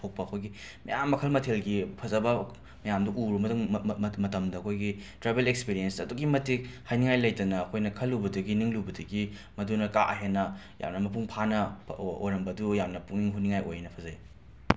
ꯊꯣꯛꯄ ꯑꯩꯈꯣꯏꯒꯤ ꯃꯌꯥꯝ ꯃꯈꯜ ꯃꯊꯦꯜꯒꯤ ꯐꯖꯕ ꯃꯌꯥꯝꯗꯨ ꯎꯔꯨ ꯃꯇꯝꯗ ꯑꯩꯈꯣꯏꯒꯤ ꯇ꯭ꯔꯥꯕꯦꯜ ꯑꯦꯛꯁꯄꯤꯔꯤꯌꯦꯟꯁ ꯑꯗꯨꯛꯀꯤ ꯃꯇꯤꯛ ꯍꯥꯏꯅꯤꯉꯥꯏ ꯂꯩꯇꯅ ꯑꯩꯈꯣꯏꯅ ꯈꯜꯂꯨꯕꯗꯨꯒꯤ ꯅꯤꯡꯂꯨꯕꯗꯨꯒꯤ ꯃꯗꯨꯅ ꯀꯥ ꯍꯦꯟꯅ ꯌꯥꯝꯅ ꯃꯄꯨꯡ ꯐꯥꯅ ꯑꯣꯏꯔꯝꯕꯗꯨ ꯌꯥꯝꯅ ꯄꯨꯛꯅꯤꯡ ꯍꯨꯅꯤꯉꯥꯏ ꯑꯣꯏꯅ ꯐꯖꯩ